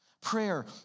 Prayer